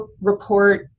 report